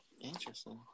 Interesting